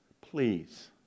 please